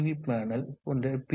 we panel போன்ற B